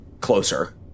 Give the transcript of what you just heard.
closer